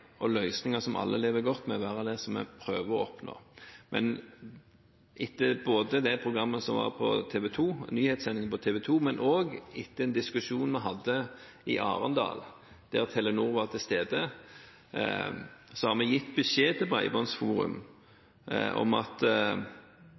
og løsninger som alle lever godt med, være det som vi prøver å oppnå. Men etter både det programmet som var på nyhetssendingen på TV 2, og en diskusjon vi hadde i Arendal, der Telenor var til stede, har vi gitt beskjed til